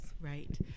Right